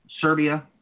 Serbia